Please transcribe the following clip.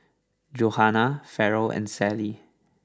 Johana Farrell and Sally